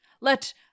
Let